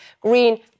green